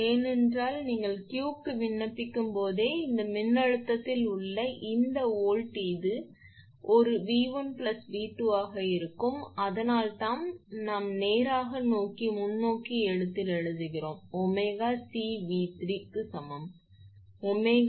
ஏனென்றால் நீங்கள் Q க்கு விண்ணப்பிக்கும்போதே இந்த மின்னழுத்தத்தில் உள்ள இந்த வோல்ட் இது ஒரு 𝑉1 𝑉2 ஆக இருக்கும் அதனால்தான் நாம் நேராக முன்னோக்கி எழுத்தில் எழுதுகிறோம் 𝜔𝐶𝑉3 சமம் 𝜔 𝐶𝑉2 0